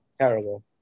Terrible